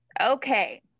Okay